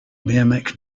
bmx